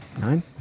Nine